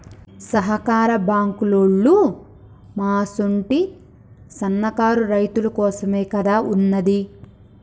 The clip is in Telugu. సహకార బాంకులోల్లు మా అసుంటి సన్నకారు రైతులకోసమేగదా ఉన్నది